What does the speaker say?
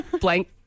blank